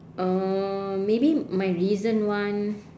uh maybe my recent one